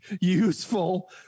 useful